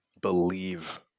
believe